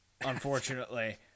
unfortunately